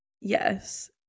Yes